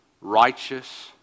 righteous